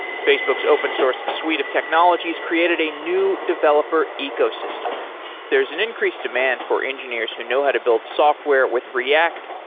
facebook's open source suite of technologies created a new developer ecosystem there is an increased demand for engineers who know how to build software with react,